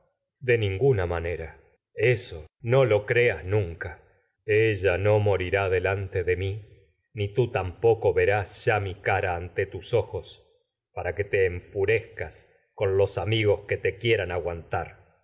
de ninguna manera eso no lo creas ella mi no morirá delante de mí ante tus ni tií tampoco que ve ya los cara ojos para te én'furezcas con amigos que te quieran aguantar